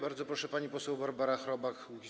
Bardzo proszę, pani poseł Barbara Chrobak, Kukiz’15.